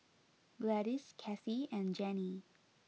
Gladis Kathie and Gennie